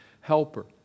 helper